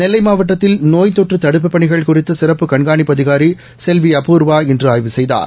நெல்லை மாவட்டத்தில் நோய் தொற்று தடுப்புப் பணிகள் குறித்து சிறப்பு கண்காணிப்பு அதிகாரி செல்வி ஆர்வா இன்று ஆய்வு செய்தார்